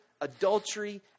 adultery